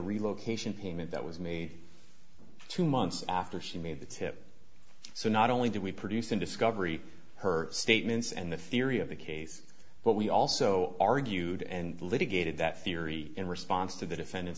relocation payment that was made two months after she made the tip so not only did we produce in discovery her statements and the theory of the case but we also argued and litigated that theory in response to the defendant